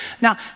Now